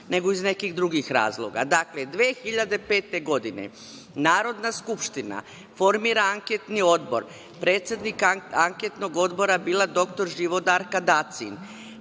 nego iz nekih drugih razloga. Dakle, 2005. godine Narodna skupština formira Anketni odbor, predsednik Anketnog odbora je bila dr Živodarka Dacin,